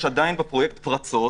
עדיין יש בפרויקט פרצות.